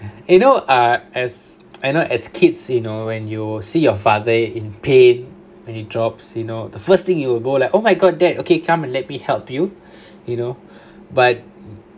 you know ah as I know as kids you know when you see your father in pain when he drops you know the first thing you will go like oh my god dad okay come let me help you you know but